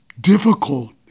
difficult